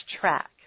track